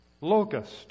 locust